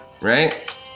right